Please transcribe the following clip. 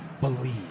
believe